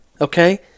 okay